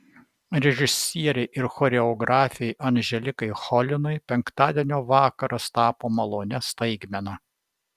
režisierei ir choreografei anželikai cholinai penktadienio vakaras tapo malonia staigmena